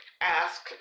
ask